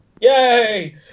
Yay